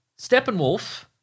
Steppenwolf